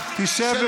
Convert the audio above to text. שב,